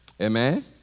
Amen